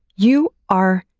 you. are.